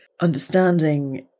understanding